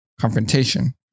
confrontation